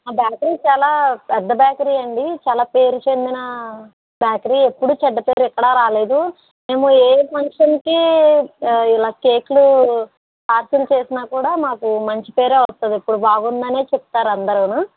మా బేకరీ చాలా పెద్ద బేకరీ అండి చాలా పేరు చెందిన బేకరీ ఎప్పుడూ చెడ్డ పేరు ఎక్కడా రాలేదు మేము ఏ ఫంక్షన్కి ఇలా కేకులు ప్యాకింగ్ చేసినా కూడా మాకు మంచి పేరే వస్తుంది ఎప్పుడూ బాగుందనే చెప్తారు అందరూను